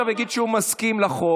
אם הוא עכשיו יגיד שהוא מסכים לחוק